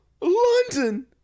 London